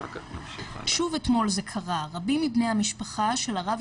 נמצאת איתנו הצנזורית הראשית,